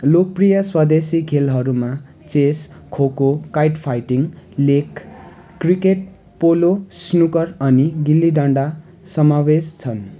लोकप्रिय स्वदेशी खेलहरूमा chess kho kho kite fighting leg cricket polo snooker अनि गिलीडन्डा समावेश छन्